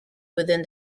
within